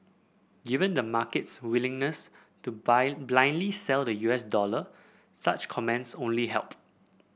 given the market's willingness to blindly sell the U S dollar such comments only help